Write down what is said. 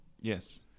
Yes